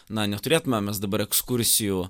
na neturėtume mes dabar ekskursijų